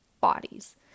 bodies